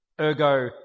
ergo